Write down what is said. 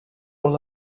will